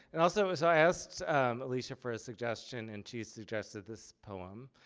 and also it was i asked alysia for a suggestion and she suggested this poem,